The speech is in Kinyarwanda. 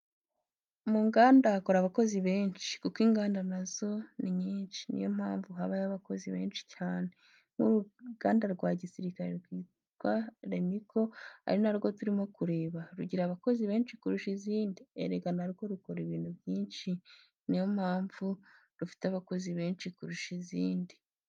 Mu nganda hakora abakozi benshi kuko inganda nazo ni nyinshi ni yo mpamvu habayo abakozi benshi cyane. Nk'uruganda rwa gisirikare rwitwa Remiko ari na rwo turimo tureba, rugira abakozi benshi kurusha izindi. Erega na rwo rukora ibintu byinshi ni yo mpamvu rufite abakozi benshi kurusha izindi.